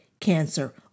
cancer